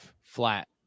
flat